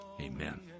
Amen